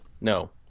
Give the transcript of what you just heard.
No